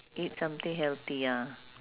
eat something healthy ya